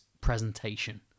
presentation